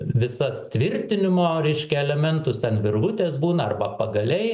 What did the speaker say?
visas tvirtinimo reiškia elementus ten virvutės būna arba pagaliai